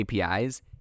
APIs